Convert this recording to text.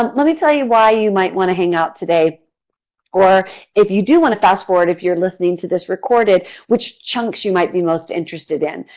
um let me tell you why you may want to hang out today or if you do want to fast forward if you are listening to this recorded, which chunks you might be most interested in.